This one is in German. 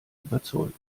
überzeugen